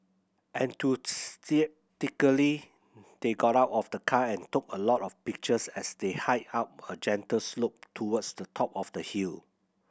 enthusiastically they got out of the car and took a lot of pictures as they hiked up a gentle slope towards the top of the hill